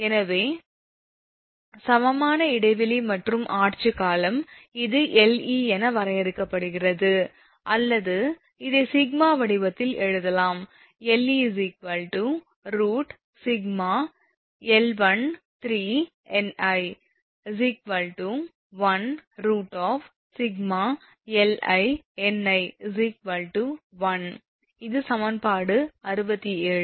எனவே சமமான இடைவெளி மற்றும் ஆட்சி காலம் இது 𝐿𝑒 என வரையறுக்கப்படுகிறது அல்லது இதை சிக்மா வடிவத்தில் எழுதலாம் 𝐿𝑒 √Σ𝐿13𝑛𝑖 1√Σ𝐿𝑖𝑛𝑖 1 இது சமன்பாடு 67